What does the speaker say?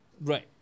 Right